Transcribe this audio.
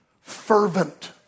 fervent